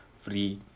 free